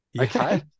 Okay